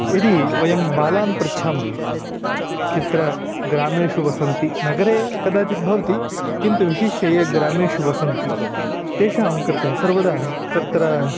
यदि वयं बालान् पृच्छामः यत्र ग्रामेषु वसन्ति नगरे कदाचिद् भवति किन्तु विशिष्य ये ग्रामेषु वसन्ति तेषां कृते सर्वदा तत्र